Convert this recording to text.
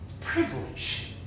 privilege